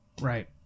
right